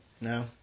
No